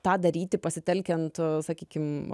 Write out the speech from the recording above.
tą daryti pasitelkiant sakykim